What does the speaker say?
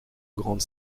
grandes